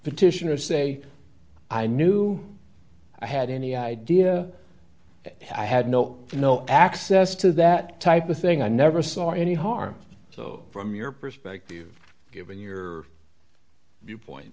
petitioner say i knew i had any idea i had no no access to that type of thing i never saw any harm so from your perspective given your viewpoint